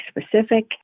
specific